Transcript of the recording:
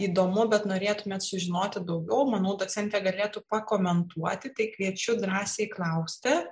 įdomu bet norėtumėt sužinoti daugiau manau docentė galėtų pakomentuoti tai kviečiu drąsiai klausti